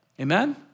Amen